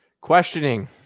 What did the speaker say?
Questioning